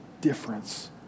difference